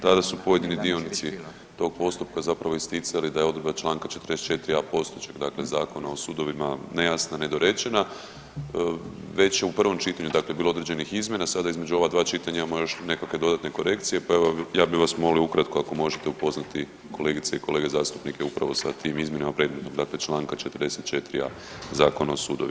Tada su pojedini dionici tog postupka zapravo isticali da je odredba čl. 44.a. postojećeg dakle Zakona o sudovima nejasna i nedorečena, već je u prvom čitanju dakle bilo određenih izmjena, sada između ova dva čitanja imamo još nekakve dodatne korekcije, pa evo ja bih vas molio ukratko ako možete upoznati kolegice i kolege zastupnike upravo sa tim izmjenama predmetnog dakle čl. 44.a. Zakona o sudovima.